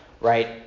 right